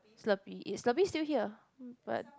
Slurpee is Slurpee still here but